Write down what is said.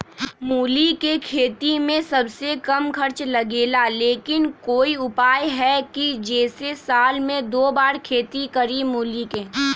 मूली के खेती में सबसे कम खर्च लगेला लेकिन कोई उपाय है कि जेसे साल में दो बार खेती करी मूली के?